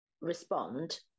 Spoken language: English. respond